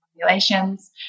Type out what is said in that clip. populations